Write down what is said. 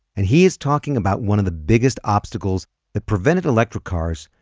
and he is talking about one of the biggest obstacles that prevented electric cars,